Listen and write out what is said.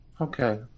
Okay